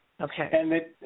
Okay